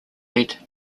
led